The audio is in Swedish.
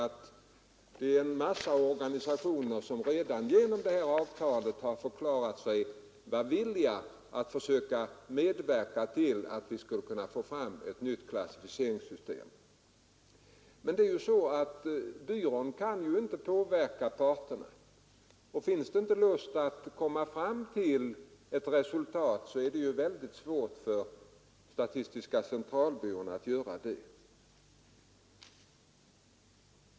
En massa organisationer har alltså redan genom detta avtal förklarat sig villiga att medverka till att försöka få fram ett nytt klassificeringssystem. Men byrån kan inte påverka parterna. Finns det inte lust att komma fram till ett resultat, är det väldigt svårt för statistiska centralbyrån att göra det.